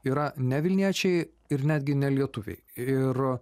yra ne vilniečiai ir netgi nelietuviai ir